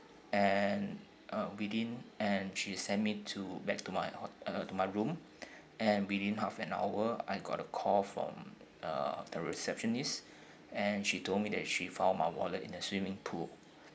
and uh within and she sent me to back to my ho~ uh to my room and within half an hour I got a call from uh the receptionist and she told me that she found my wallet in the swimming pool